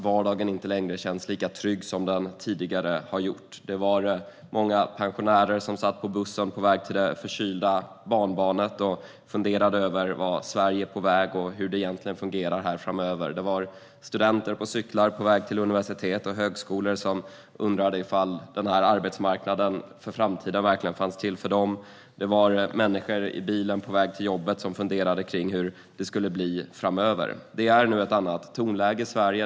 Vardagen känns inte längre lika trygg som den tidigare har gjort. Många pensionärer satt på bussen till det förkylda barnbarnet och funderade över vart Sverige är på väg och hur det egentligen kommer att fungera här framöver. Studenter på cyklar var på väg till universitet och högskolor, och de undrade ifall den här arbetsmarknaden för framtiden verkligen finns till för dem. Människor i bilen på väg till jobbet funderade över hur det skulle bli framöver. Det är nu ett annat tonläge i Sverige.